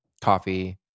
coffee